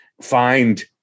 find